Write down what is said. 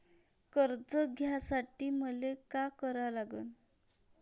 कर्ज घ्यासाठी मले का करा लागन?